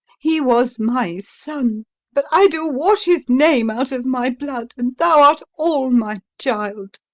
he was my son but i do wash his name out of my blood, and thou art all my child.